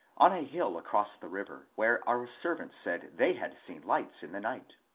on a hill across the river, where our servants said they had seen lights in the night.